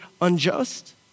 unjust